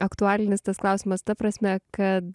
aktualinis tas klausimas ta prasme kad